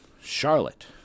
Charlotte